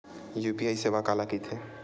UPI सेवा काला कइथे?